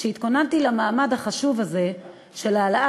כשהתכוננתי למעמד החשוב הזה של העלאת